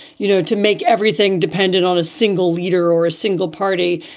you know, to make everything dependent on a single leader or a single party.